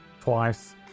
twice